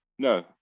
No